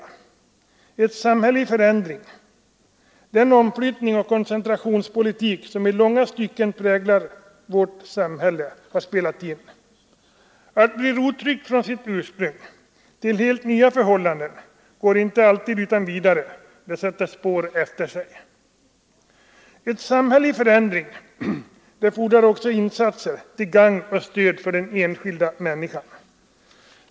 Vi har ett samhälle i förändring, och den omflyttning och koncentrationspolitik som i långa stycken präglar vårt samhälle har spelat in. Att bli rotryckt från sitt ursprung och komma till helt nya förhållanden går inte alltid utan vidare — det sätter spår efter sig. Ett samhälle i förändring fordrar också insatser till gagn och stöd för den enskilda människan.